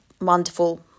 wonderful